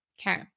Okay